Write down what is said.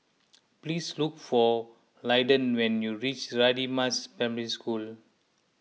please look for Lyndon when you reach Radin Mas Primary School